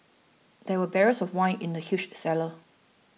there were barrels of wine in the huge cellar